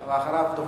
ג'ומס, אני יודע